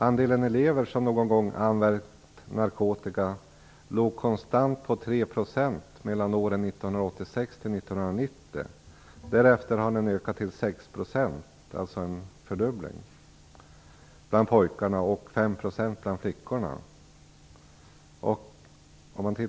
Andelen elever som någon gång använt narkotika låg konstant på tre procent mellan åren 1986 och 1990. Därefer har den ökat till sex procent" - alltså en fördubbling - "bland pojkarna och fem procent bland flickorna.